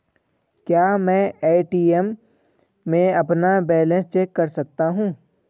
क्या मैं ए.टी.एम में अपना बैलेंस चेक कर सकता हूँ?